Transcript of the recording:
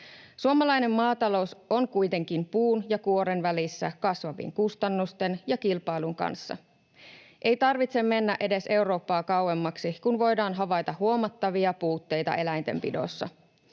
Suomalainen maatalous on kuitenkin puun ja kuoren välissä kasvavien kustannusten ja kilpailun kanssa. Ei tarvitse mennä edes Eurooppaa kauemmaksi, kun voidaan havaita huomattavia puutteita eläintenpidossa.